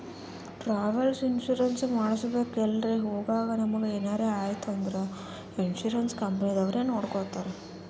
travel insurance ಮಾಡಿಸ್ಬೇಕ್ ಎಲ್ರೆ ಹೊಗಾಗ್ ನಮುಗ ಎನಾರೆ ಐಯ್ತ ಅಂದುರ್ ಇನ್ಸೂರೆನ್ಸ್ ಕಂಪನಿದವ್ರೆ ನೊಡ್ಕೊತ್ತಾರ್